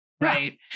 Right